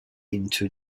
into